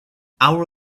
our